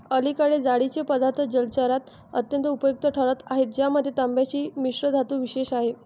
अलीकडे जाळीचे पदार्थ जलचरात अत्यंत उपयुक्त ठरत आहेत ज्यामध्ये तांब्याची मिश्रधातू विशेष आहे